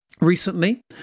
recently